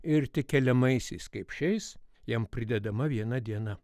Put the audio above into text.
ir tik keliamaisiais kaip šiais jam pridedama viena diena